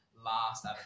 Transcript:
last